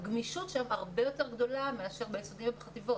הגמישות שם הרבה יותר גדולה מאשר בחטיבות,